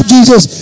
Jesus